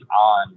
on